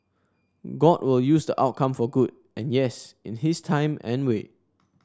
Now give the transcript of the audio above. god will use the outcome for good and yes in his time and way